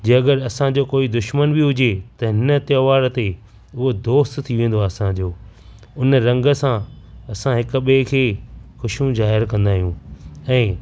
जे अगरि असांजो कोई दुश्मन बि हुजे त हिन त्योहार ते उहो दोस्त थी वेंदो आहे असांजो उन रंग सां असां हिक ॿिए खे ख़ुशियूं ज़ाहिरु कंदा आहियूं ऐं